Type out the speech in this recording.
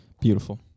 Beautiful